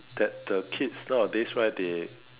that the kids nowadays right they